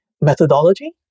methodology